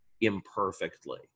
imperfectly